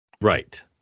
Right